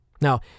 Now